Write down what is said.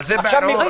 אבל זה ברור.